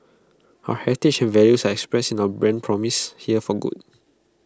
our heritage and values are expressed in our brand promise here for good